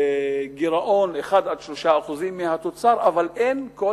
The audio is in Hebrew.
גירעון 1% 3% מהתוצר, אבל אין כל